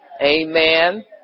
amen